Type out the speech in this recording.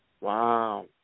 Wow